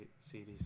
series